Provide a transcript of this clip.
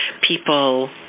people